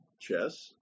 chess